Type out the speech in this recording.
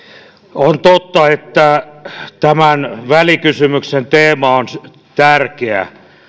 on totta että tämän välikysymyksen teema on tärkeä